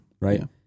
right